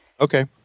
Okay